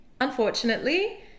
Unfortunately